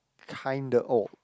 kinda oh